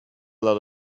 lot